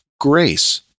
grace